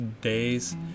days